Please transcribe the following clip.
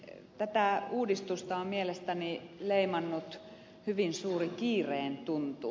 tätä uudistusta on mielestäni leimannut hyvin suuri kiireen tuntu